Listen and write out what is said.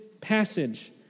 passage